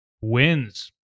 wins